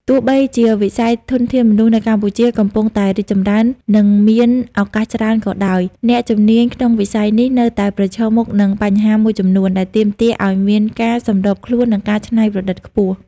ទោះបីជាវិស័យធនធានមនុស្សនៅកម្ពុជាកំពុងតែរីកចម្រើន និងមានឱកាសច្រើនក៏ដោយ អ្នកជំនាញក្នុងវិស័យនេះនៅតែប្រឈមមុខនឹងបញ្ហាមួយចំនួន ដែលទាមទារឱ្យមានការសម្របខ្លួន និងការច្នៃប្រឌិតខ្ពស់។